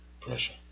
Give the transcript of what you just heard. Pressure